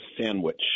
sandwich